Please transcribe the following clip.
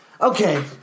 okay